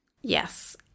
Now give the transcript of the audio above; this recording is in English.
Yes